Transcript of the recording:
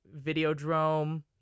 Videodrome